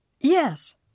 Yes